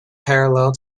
parallel